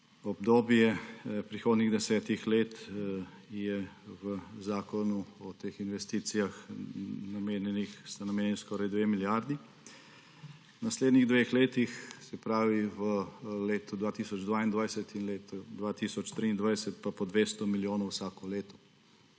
obdobje prihodnjih desetih let sta v zakonu o teh investicijah namenjeni skoraj 2 milijardi, v naslednjih dveh letih, se pravi v letu 2022 in letu 2023 pa po 200 milijonov vsako leto.